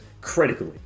critically